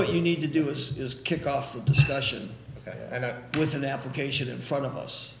what you need to do is just kick off the discussion with an application in front of us